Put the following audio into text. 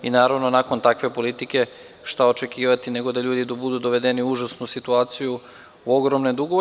Naravno, nakon takve politike, šta očekivati, nego da ljudi budu dovedeni u užasnu situaciju, u ogromne dugove.